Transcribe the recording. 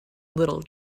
little